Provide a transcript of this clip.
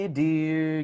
dear